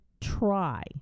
try